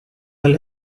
tell